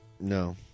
No